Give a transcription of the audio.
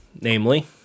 namely